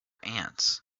ants